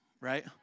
right